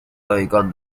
رایگان